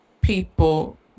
people